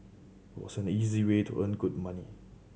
was an easy way to earn good money